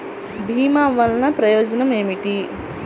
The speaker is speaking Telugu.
భీమ వల్లన ప్రయోజనం ఏమిటి?